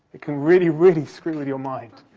it can really, really screw with your mind.